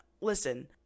listen